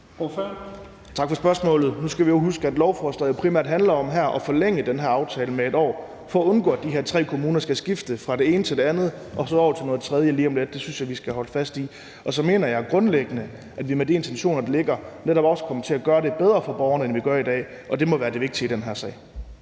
Tak for spørgsmålet. Nu skal vi jo huske, at lovforslaget her primært handler om at forlænge den her aftale med 1 år for at undgå, at de her tre kommuner skal skifte fra det ene til det andet og så over til noget tredje lige om lidt. Det synes jeg vi skal holde fast i. Og så mener jeg grundlæggende, at vi med de intentioner, der ligger, netop også kommer til at gøre det bedre for borgerne, end vi gør det i dag, og det må være det vigtige i den her sag.